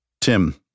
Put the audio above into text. Tim